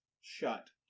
shut